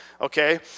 okay